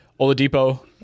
oladipo